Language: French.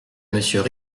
monsieur